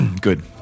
good